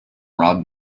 rob